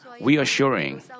reassuring